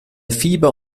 fieber